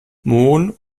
mohn